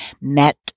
met